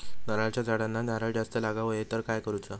नारळाच्या झाडांना नारळ जास्त लागा व्हाये तर काय करूचा?